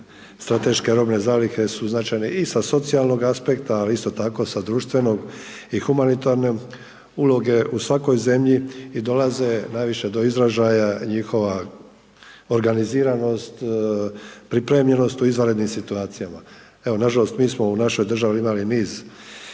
strateške robne zalihe su značajne i sa socijalnog aspekta, ali isto tako sa društvenog i humanitarne uloge u svakoj zemlji i dolaze najviše do izražaja njihova organiziranost, pripremljenost u izvanrednim situacijama. Evo, nažalost mi smo u našoj državi imali niz